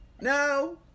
No